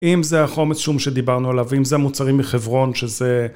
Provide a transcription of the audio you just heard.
אם זה החומץ שום שדיברנו עליו אם זה מוצרים מחברון שזה